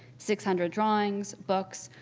six hundred drawings, books,